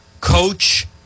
coach